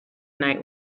night